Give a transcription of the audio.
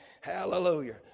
hallelujah